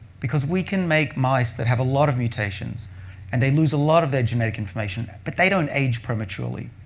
because we can make mice that have a lot of mutations and they lose a lot of their genetic information, but they don't age prematurely.